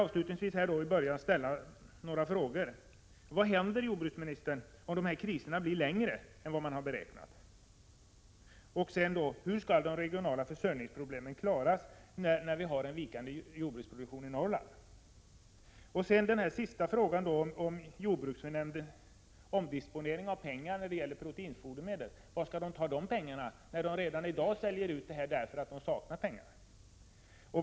Avslutningsvis vill jag ställa några frågor: Vad händer, jordbruksministern, om dessa kriser blir längre än man har beräknat? Hur skall de regionala försörjningsproblemen klaras när vi har en vikande jordbruksproduktion i Norrland? En annan fråga gäller jordbruksnämndens omdisponering av pengar avseende proteinfodermedel. Var skall jordbruksnämnden ta de pengarna, när man redan i dag säljer ut lagren därför att man saknar pengar?